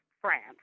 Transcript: France